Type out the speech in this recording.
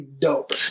dope